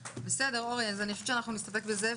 בסדר, אורי, אני חושבת שאנחנו נסתפק בזה.